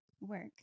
work